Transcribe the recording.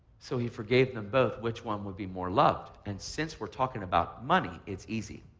so he forgave them both. which one would be more loved? and since we're talking about money, it's easy.